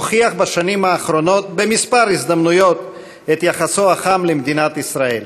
הוכיח בשנים האחרונות בכמה הזדמנויות את יחסו החם למדינת ישראל.